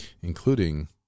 including